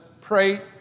pray